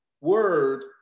word